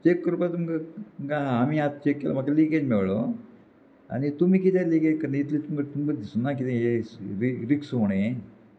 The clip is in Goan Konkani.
चॅक करपा तुमकां आमी आतां चॅक केलो म्हाका तो लिकेज मेळ्ळो आनी तुमी कितेंय लिकेज करता इतले तुमकां तुमकां दिसूंक ना किदें हें रिक्स उणें